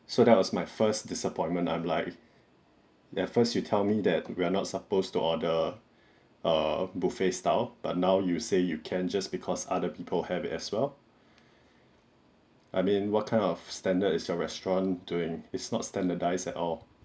so that was my first disappointment I'm like at first you tell me that we're not supposed to order err buffet style but now you say you can just because other people have it as well I mean what kind of standard is your restaurant doing it's not standardised at all